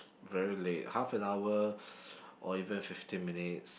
very late half an hour or even fifteen minutes